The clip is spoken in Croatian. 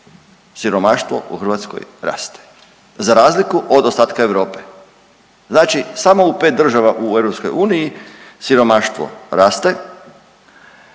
siromaštvo u Hrvatskoj raste za razliku od ostatka Europe. Znači samo u pet država u EU siromaštvo raste,